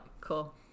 Cool